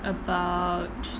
about